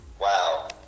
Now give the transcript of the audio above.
Wow